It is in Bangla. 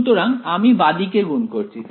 সুতরাং আমি বাঁদিকে গুণ করছি